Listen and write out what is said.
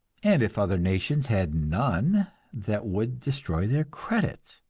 and if other nations had none that would destroy their credit.